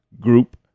group